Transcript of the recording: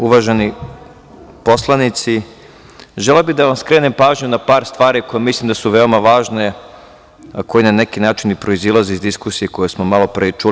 Uvaženi poslanici, želeo bih da vam skrenem pažnju na par stvari za koje mislim da su veoma važne, a koje na neki način proizilaze iz diskusije koju smo malo pre čuli.